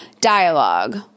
Dialogue